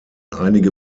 einige